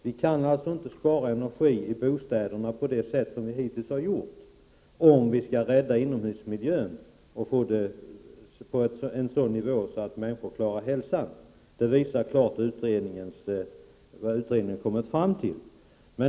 Vi kan alltså inte spara energi i bostäderna på det sätt som vi hittills har gjort, om vi samtidigt vill rädda inomhusmiljön. Nivån i det avseendet måste ju vara sådan att människor klarar hälsan. Det visar klart vad utredningen har kommit fram till.